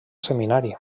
seminari